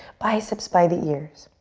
biceps by the ears.